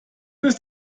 ist